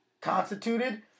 constituted